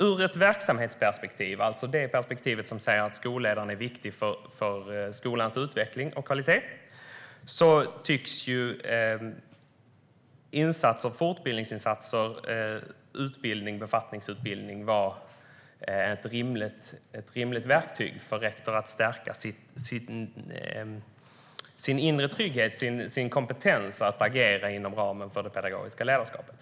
Ur ett verksamhetsperspektiv, det perspektiv som säger att skolledaren är viktig för skolans utveckling och kvalitet, tycks fortbildningsinsatser och befattningsutbildning vara rimliga verktyg för rektorn att stärka sin inre trygghet och sin kompetens för att agera inom ramen för det pedagogiska ledarskapet.